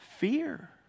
Fear